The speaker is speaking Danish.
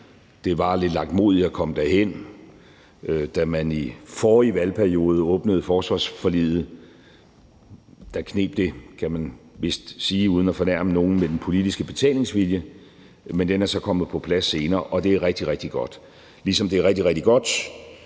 Det var lidt langmodigt at komme derhen; da man i forrige valgperiode åbnede forsvarsforliget, kneb det, kan man vist sige uden at fornærme nogen, med den politiske betalingsvilje. Men den er så kommet på plads senere, og det er rigtig, rigtig godt, ligesom det er rigtig, rigtig godt,